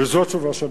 וזו התשובה שקיבלתי.